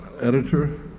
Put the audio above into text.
editor